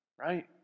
right